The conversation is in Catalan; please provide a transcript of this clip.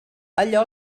allò